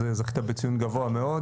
אז זכית בציון גבוה מאוד